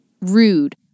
rude